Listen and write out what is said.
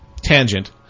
tangent